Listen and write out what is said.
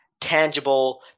tangible